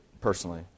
personally